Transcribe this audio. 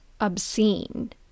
obscene